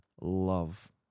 love